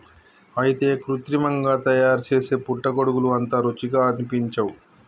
అయితే కృత్రిమంగా తయారుసేసే పుట్టగొడుగులు అంత రుచిగా అనిపించవు